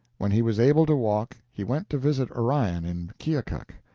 when he was able to walk, he went to visit orion in keokuk.